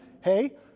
hey